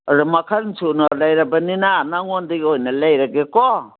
ꯑꯗ ꯃꯈꯟ ꯁꯨꯅ ꯂꯩꯔꯕꯅꯤꯅ ꯅꯪꯉꯣꯟꯗꯒꯤ ꯑꯣꯏꯅ ꯂꯩꯔꯒꯦꯀꯣ